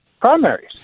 primaries